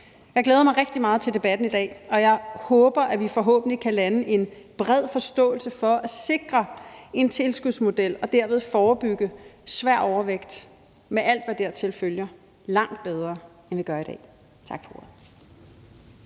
Jeg glæder mig rigtig meget til debatten i dag, og jeg håber, at vi kan lande en bred forståelse for at sikre en tilskudsmodel og derved forebygge svær overvægt med alt, hvad deraf følger, langt bedre, end vi gør i dag. Tak for ordet.